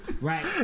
Right